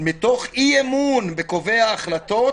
מתוך אי-אמון בקובעי ההחלטות,